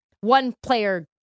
one-player